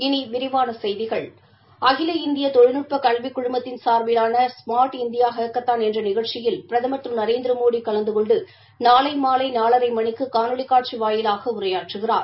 இனி விரிவான செய்திகள் அகில இந்திய தொழில்நட்ப கல்வி குழுமத்தின் சார்பிலான ஸ்மார்ட் இந்தியா ஹக்கத்தான் என்ற நிகழ்ச்சியில் பிரதமர் திரு நரேந்திரமோடி கலந்து கொண்டு நாளை மாலை நாலரை மணிக்கு காணொலி காட்சி வாயிலாக உரையாற்றுகிறார்